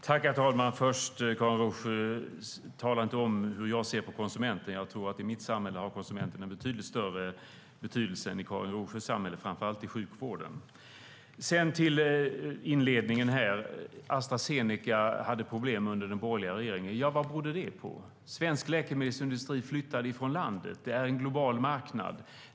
Herr talman! Tala inte om hur jag ser på konsumenten, Karin Rågsjö. I mitt samhälle har konsumenten en mycket större betydelse än i Karin Rågsjös samhälle, framför allt i sjukvården. Att Astra Zeneca hade problem under den borgerliga regeringen, vad berodde det på? Svensk läkemedelsindustri flyttade från landet. Det är en global marknad.